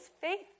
faith